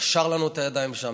קשר לנו את הידיים שם,